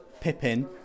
Pippin